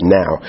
now